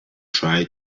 try